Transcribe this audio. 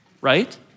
right